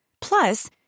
Plus